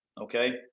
okay